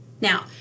Now